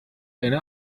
eine